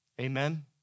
Amen